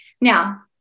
Now